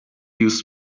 use